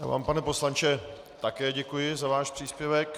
Já vám, pane poslanče, také děkuji za váš příspěvek.